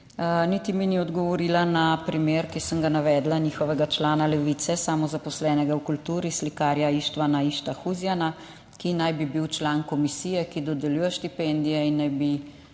niti mi ni odgovorila na primer, ki sem ga navedla, njihovega člana Levice, samozaposlenega v kulturi, slikarja Ištvana Išta Huzjana, ki naj bi bil član komisije, ki dodeljuje štipendije, in naj bi